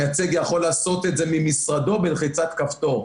המייצג יכול לעשות את זה ממשרדו בלחיצת כפתור.